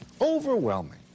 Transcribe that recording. Overwhelming